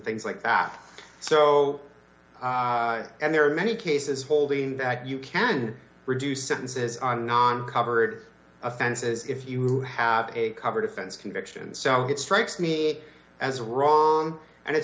things like that so and there are many cases holding d that you can reduce sentences on non covered offenses if you have a covered offense conviction so it strikes me as wrong and it